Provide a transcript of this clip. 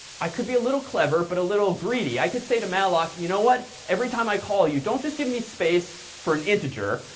i can be a little clever but a little greedy. i could say to malloc, you know what, every time i call you, don't just give me space for an integer,